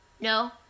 No